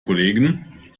kollegen